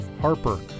harper